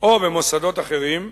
או במוסדות אחרים,